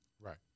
Right